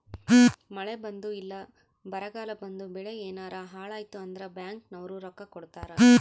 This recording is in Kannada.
ಮಳೆ ಬಂದು ಇಲ್ಲ ಬರಗಾಲ ಬಂದು ಬೆಳೆ ಯೆನಾರ ಹಾಳಾಯ್ತು ಅಂದ್ರ ಬ್ಯಾಂಕ್ ನವ್ರು ರೊಕ್ಕ ಕೊಡ್ತಾರ